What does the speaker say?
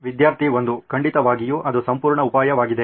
ವಿದ್ಯಾರ್ಥಿ 1 ಖಂಡಿತವಾಗಿಯೂ ಅದು ಸಂಪೂರ್ಣ ಉಪಾಯವಾಗಿದೆ